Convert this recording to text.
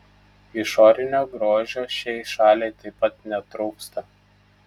išorinio grožio šiai šaliai taip pat netrūksta